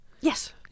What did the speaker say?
yes